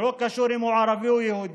לא קשור אם הוא ערבי או יהודי,